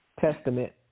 Testament